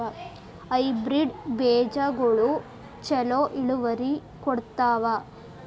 Hybrid ಬೇಜಗೊಳು ಛಲೋ ಇಳುವರಿ ಕೊಡ್ತಾವ?